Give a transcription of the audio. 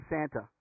Santa